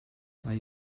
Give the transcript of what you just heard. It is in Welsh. nai